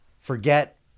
Forget